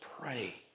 pray